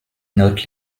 note